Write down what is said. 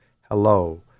hello